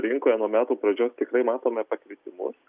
rinkoje nuo metų pradžios tikrai matome pakritimus